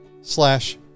slash